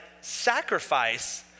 sacrifice